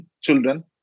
children